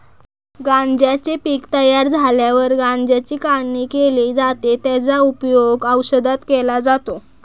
गांज्याचे पीक तयार झाल्यावर गांज्याची काढणी केली जाते, त्याचा उपयोग औषधात केला जातो